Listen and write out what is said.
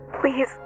Please